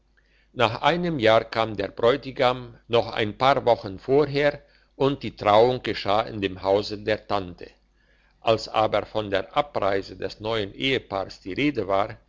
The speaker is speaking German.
nach einem jahr kam der bräutigam noch ein paar wochen vorher und die trauung geschah in dem hause der tante als aber von der abreise des neuen ehepaars die rede war